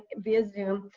via zoom,